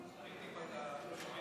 תרים את המיקרופון.